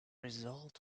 result